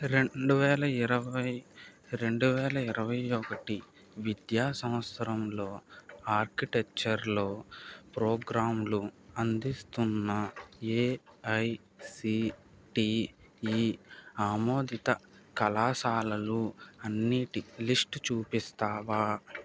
రెండువేల ఇరవై రెండువేల ఇరవై ఒకటి విద్యా సంవత్సరంలో ఆర్కిటెక్చర్లో ప్రోగ్రాంలు అందిస్తున్న ఏఐసిటిఈ ఆమోదిత కళాశాలలు అన్నిటి లిస్ట్ చూపిస్తావా